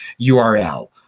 URL